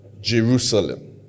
Jerusalem